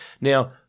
Now